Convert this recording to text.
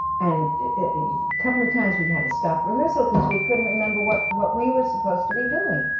and. a couple of times we had to stop rehearsal, because we couldn't remember what. what we were supposed to be doing.